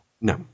No